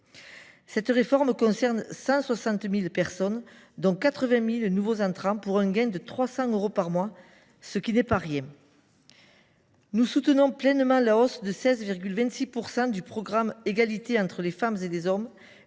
Cette réforme concerne 160 000 personnes, dont 80 000 nouveaux bénéficiaires, pour un gain moyen de 300 euros par mois, ce qui n’est pas rien. Nous soutenons pleinement la hausse de 16,26 % des crédits du programme 137 « Égalité entre les femmes et les hommes »,